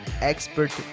Expert